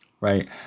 right